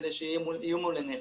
כדי שיהיו מול עיניך.